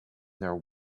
their